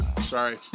sorry